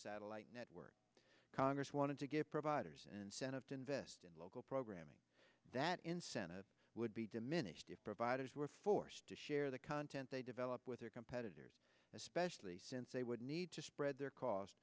satellite network congress wanted to get providers and senate invest in local programming that incentive would be diminished if providers were forced to share the content they develop with their competitors especially since they would need to spread their cost